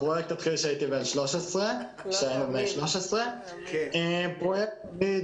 הפרויקט התחיל כשהייתי בן 13. המטרה של פרויקט תמי"ד